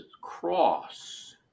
cross